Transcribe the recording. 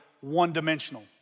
one-dimensional